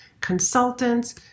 consultants